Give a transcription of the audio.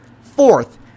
Fourth